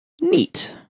Neat